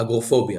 אגורפוביה